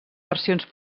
versions